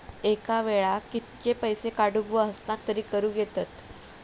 एका वेळाक कित्के पैसे काढूक व हस्तांतरित करूक येतत?